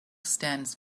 stands